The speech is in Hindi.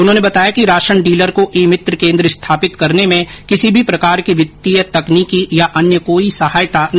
उन्होने बताया कि राशन डीलर को ई मित्र केन्द्र स्थापित करने में किसी भी प्रकार की वित्तीय तकनीकी या अन्य कोई सहायता नहीं दी जाएगी